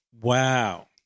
Wow